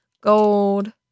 gold